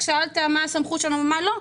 שאלת בצדק מה סמכותנו ומה לא.